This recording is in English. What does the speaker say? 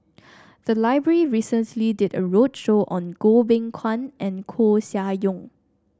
the library recently did a roadshow on Goh Beng Kwan and Koeh Sia Yong